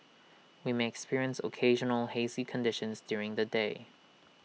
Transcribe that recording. we may experience occasional hazy conditions during the day